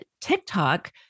TikTok